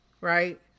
Right